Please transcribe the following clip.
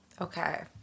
okay